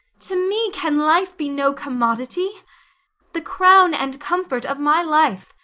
to me can life be no commodity the crown and comfort of my life,